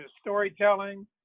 storytelling